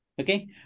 Okay